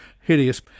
hideous